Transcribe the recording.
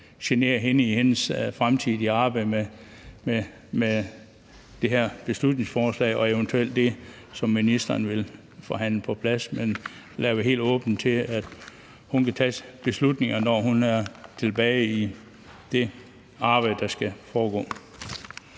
genere hende i hendes fremtidige arbejde med det her beslutningsforslag og det, som ministeren eventuelt vil forhandle på plads, men lade det være helt åbent til, at hun kan tage beslutningerne, når hun er tilbage i det arbejde, der skal foregå.